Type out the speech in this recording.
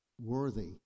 worthy